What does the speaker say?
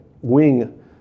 wing